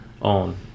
on